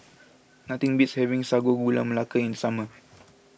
nothing beats having Sago Gula Melaka in the summer